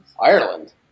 Ireland